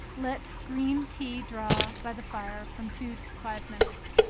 let green tea draw by the fire from two to five minutes.